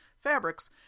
fabrics